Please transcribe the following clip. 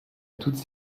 toutes